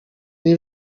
nie